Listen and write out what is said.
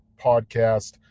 podcast